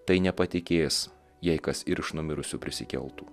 tai nepatikės jei kas ir iš numirusių prisikeltų